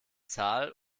zahl